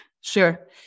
sure